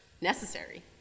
necessary